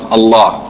Allah